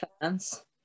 fans